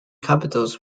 capitals